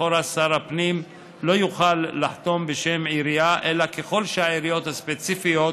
לכאורה שר הפנים לא יוכל לחתום בשם עירייה אלא ככל שהעירייה הספציפית